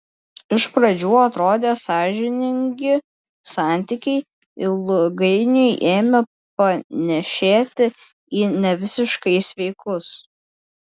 iš pradžių atrodę sąžiningi santykiai ilgainiui ėmė panėšėti į nevisiškai sveikus